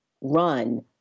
run